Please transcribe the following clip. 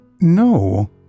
No